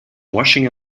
washing